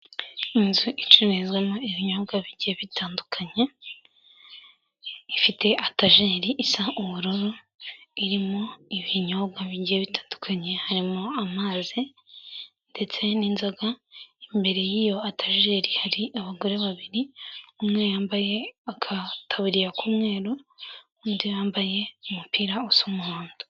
Inzu icururizwamo ibinyobwa bigiye bitandukanye, ifite etajeri isa ubururu, irimo ibinyobwa bigiye bitandukanye harimo amazi ndetse n'inzoga, imbere y'iyo etajeri hari abagore babiri, umwe yambaye agataburiya k'umweru, undi yambaye umupira usa umuhondo.